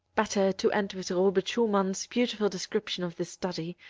better to end with robert schumann's beautiful description of this study,